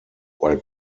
while